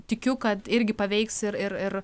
tikiu kad irgi paveiks ir ir ir